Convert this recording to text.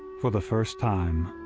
for the first time,